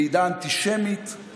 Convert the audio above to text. ועידה אנטישמית,